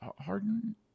harden